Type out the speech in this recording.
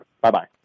bye-bye